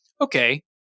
okay